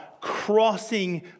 crossing